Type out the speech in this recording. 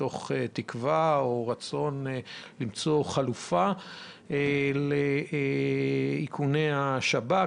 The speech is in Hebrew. מתוך רצון למצוא חלופה לאיכוני השב"כ,